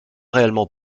réellement